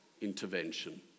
intervention